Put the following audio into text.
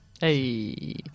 Hey